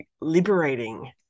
liberating